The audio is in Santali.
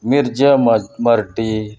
ᱢᱤᱨᱡᱟ ᱢᱟᱨᱰᱤ